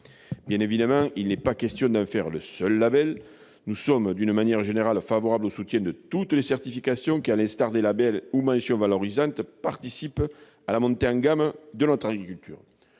Bien évidemment, il n'est pas question d'en faire le seul label. Nous sommes d'une manière générale favorables au soutien de toutes les certifications, qui, à l'instar des labels ou mentions valorisantes, participent à la montée en gamme de notre agriculture.